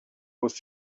was